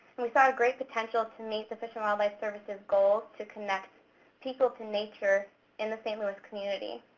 we saw great potential to meet the fish and wildlife service's goals to connect people to nature in the st. louis community.